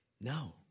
No